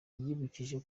yibukije